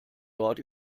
dort